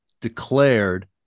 declared